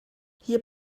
hier